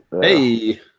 hey